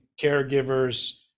caregivers